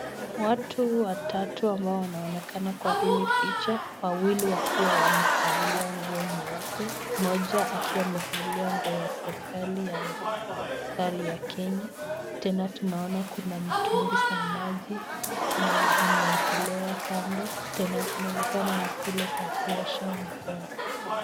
Watu watatu ambao wanaoenkana kwa hili picha, wawili wakiwa wamevalia nguo nyeupe, moja akiwa amevalia nguo ya serikali ya askari ya Kenya, tena tunaona kuna mtungi za maji zenye imeekelewa kando, tena inaonekana ni zile za kuosha mkono.